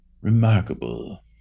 remarkable